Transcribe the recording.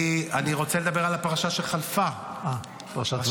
אני רוצה לדבר על הפרשה שחלפה, פרשת וירא.